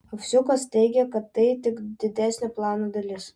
ovsiukas teigia kad tai tik didesnio plano dalis